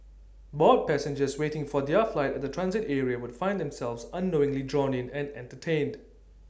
bored passengers waiting for their flight at the transit area would find themselves unknowingly drawn in and entertained